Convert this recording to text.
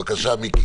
בבקשה, מיקי.